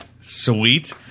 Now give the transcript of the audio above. sweet